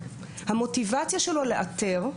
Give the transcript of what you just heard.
המוטיבציה שלו לאתר,